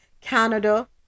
Canada